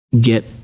get